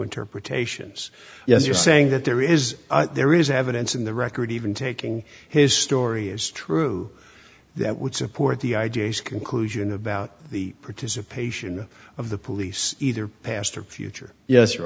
interpretations yes you're saying that there is there is evidence in the record even taking his story is true that would support the idea conclusion about the participation of the police either past or future yes